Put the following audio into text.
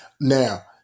Now